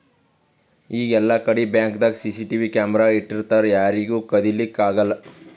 ಈಗ್ ಎಲ್ಲಾಕಡಿ ಬ್ಯಾಂಕ್ದಾಗ್ ಸಿಸಿಟಿವಿ ಕ್ಯಾಮರಾ ಇಟ್ಟಿರ್ತರ್ ಯಾರಿಗೂ ಕದಿಲಿಕ್ಕ್ ಆಗಲ್ಲ